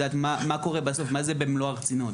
אבל אנחנו כן רוצים לדעת מה קורה בסוף ומה באמת נעשה.